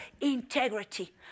integrity